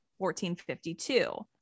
1452